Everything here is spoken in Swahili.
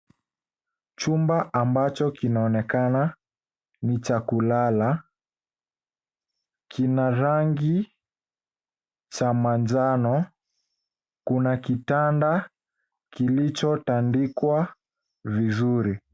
Chumba ambacho kinaonekana ni cha kulala. Kina rangi za manjano, kuna kitanda kilicho tandikwa vizuri.